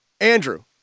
andrew